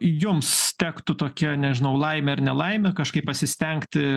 jums tektų tokia nežinau laimė ar nelaimė kažkaip pasistengti